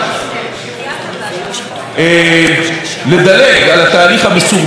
לדלג על התהליך המסורבל הזה של בדיקת מעבדה ספציפית בישראל,